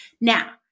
Now